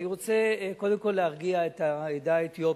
אני רוצה קודם כול להרגיע את העדה האתיופית.